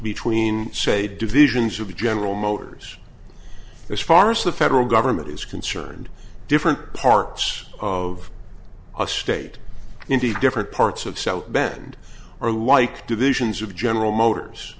between say divisions of general motors this farce the federal government is concerned different parts of a state indeed different parts of south bend or like divisions of general motors